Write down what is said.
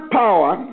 power